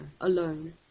alone